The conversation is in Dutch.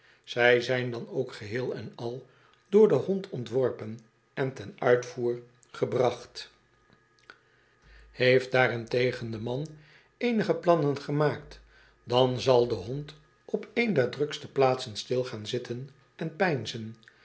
zyn zijn dan ook geheel en al door den hond ontworpen en ten uitvoer gebracht heeft daarentegen de man eenige plannen gemaakt dan zal de hond op een der drukste plaatsen stil gaan zitten en